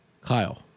Kyle